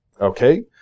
Okay